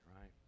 right